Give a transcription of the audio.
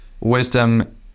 wisdom